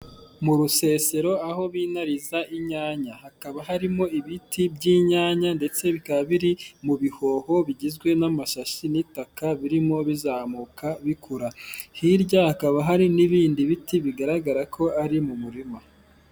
Mu rusesero aho binariza inyanya, hakaba harimo ibiti by'inyanya ndetse bikaba biri mu bihoho bigizwe n'amashashi n'itaka birimo bizamuka bikura, hirya hakaba hari n'ibindi biti bigaragara ko ari mu murima.